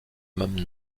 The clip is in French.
même